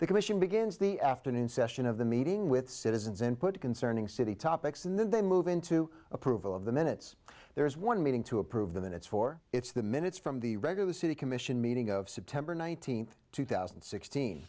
the commission begins the afternoon session of the meeting with citizens input concerning city topics and then they move into approval of the minutes there is one meeting to approve the minutes for it's the minutes from the regular city commission meeting of september nineteenth two thousand and sixteen